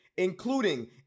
including